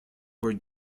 were